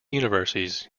universities